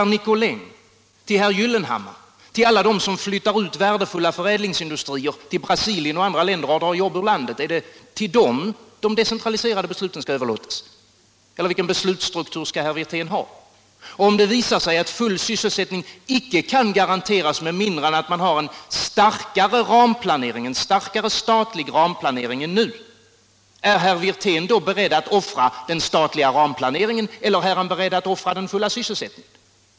— regionalpolitik Till herr Gyllenhammar? Till alla dem som flyttar ut värdefulla förädlingsindustrier till Brasilien och andra länder och drar jobb ur landet? Är det till dem som de decentraliserade besluten skall överlåtas? Eller vilken beslutsstruktur skall herr Wirtén ha? Om det visar sig att full sysselsättning inte kan garanteras med mindre än att man har en starkare statlig ramplanering än nu, är herr Wirtén då beredd att offra den statliga ramplaneringen eller är han beredd att offra den fulla sysselsättningen?